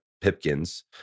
Pipkins